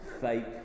fake